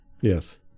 yes